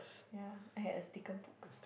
ya I had a sticker book